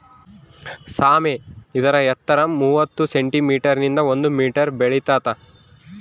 ಸಾಮೆ ಇದರ ಎತ್ತರ ಮೂವತ್ತು ಸೆಂಟಿಮೀಟರ್ ನಿಂದ ಒಂದು ಮೀಟರ್ ಬೆಳಿತಾತ